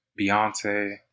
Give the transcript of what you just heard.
Beyonce